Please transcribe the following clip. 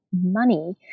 money